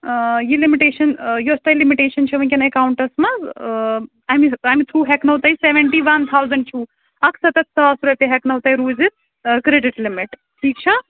یہِ لِمِٹیشَن یۄس تۄہہِ لِمِٹیشَن چھِ وُنکٮ۪ن اٮ۪کاوُنٛٹَس منٛز اَمہِ اَمہِ تھرٛوٗ ہٮ۪کنو تۄہہِ سیوَنٹی وَن تھاوزَنٛڈ چھُو اَکھ سَتَتھ ساس رۄپیہِ ہٮ۪کنو تۄہہِ روٗزِتھ کرٛیڈِٹ لِمِٹ ٹھیٖک چھا